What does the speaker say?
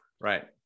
Right